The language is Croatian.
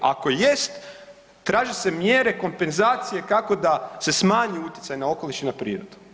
Ako jest traže se mjere kompenzacije kako da se smanji utjecaj na okoliš i na prirodu.